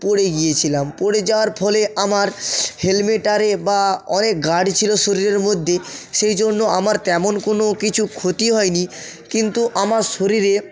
পড়ে গিয়েছিলাম পড়ে যাওয়ার ফলে আমার হেলমেট আরে বা অনেক গার্ড ছিল শরীরের মধ্যে সেই জন্য আমার তেমন কোনো কিছু ক্ষতি হয়নি কিন্তু আমার শরীরে